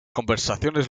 conversaciones